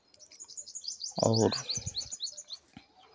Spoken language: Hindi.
और